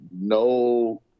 no